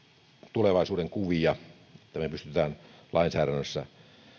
tulevaisuudenkuvia että me pystymme lainsäädännössä